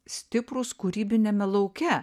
stiprūs kūrybiniame lauke